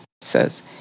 says